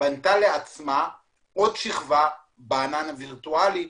בנתה לעצמה עוד שכבה בענן הווירטואלי.